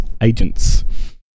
Agents